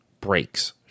breaks